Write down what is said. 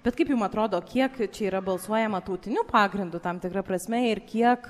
bet kaip jum atrodo kiek čia yra balsuojama tautiniu pagrindu tam tikra prasme ir kiek